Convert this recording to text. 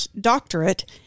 doctorate